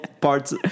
parts